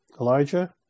Elijah